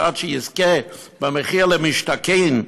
שעד שיזכה במחיר למשתכן,